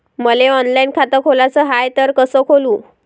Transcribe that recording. मले ऑनलाईन खातं खोलाचं हाय तर कस खोलू?